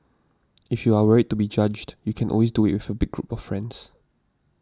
if you are worried to be judged you can always do it with a big group of friends